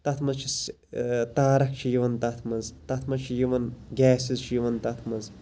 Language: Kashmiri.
تتھ مَنٛز چھِ تارَک چھِ یِوان تَتھ مَنٛز تَتھ مَنٛز چھِ یِوان گیسِز چھِ یِوان تَتھ مَنٛز